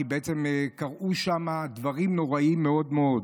כי קרו שם דברים נוראיים מאוד מאוד.